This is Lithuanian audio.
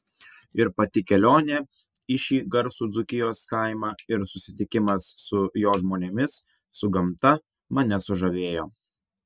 ir pati kelionė į šį garsų dzūkijos kaimą ir susitikimas su jo žmonėmis su gamta mane sužavėjo